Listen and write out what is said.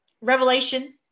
revelation